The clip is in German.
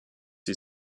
sie